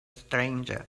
stranger